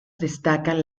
destacan